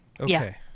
Okay